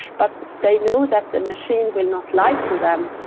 but they know that the machine will not lie to them,